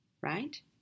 right